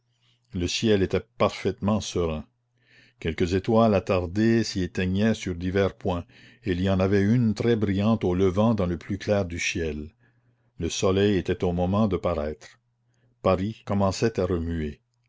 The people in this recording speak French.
le ciel était parfaitement serein quelques étoiles attardées s'y éteignaient sur divers points et il y en avait une très brillante au levant dans le plus clair du ciel le soleil était au moment de paraître paris commençait à remuer